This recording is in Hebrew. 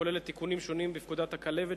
הכוללת תיקונים שונים בפקודת הכלבת,